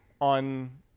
on